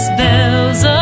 bells